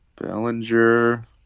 Bellinger